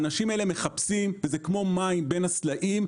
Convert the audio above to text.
האנשים האלה מחפשים וזה כמו מים בין הסלעים,